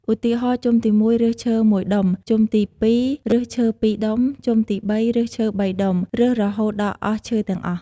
ឧទាហរណ៍ ជុំទី១ រើសឈើ ១ដុំ ជុំទី ២ រើសឈើ ២ ដុំ ជុំទី៣ រើសឈើ ៣ ដុំ រើសរហូតដល់អស់ឈើទាំងអស់។